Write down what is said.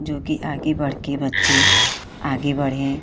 जोकि आगे बढ़कर बच्चे आगे बढ़ें